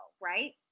right